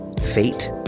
fate